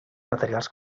materials